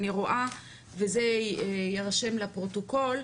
אני רואה וזה יירשם לפרוטוקול,